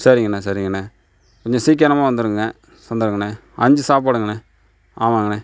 சரிங்கண்ண சரிங்கண்ண கொஞ்சம் சீக்கிரமாக வந்துடுங்க வந்துடுங்கண்ணா அஞ்சு சாப்பாடுங்கண்ணா ஆமாங்கண்ணா